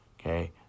okay